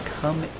come